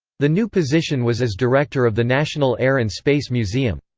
the new position was as director of the national air and space museum.